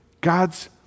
God's